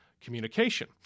communication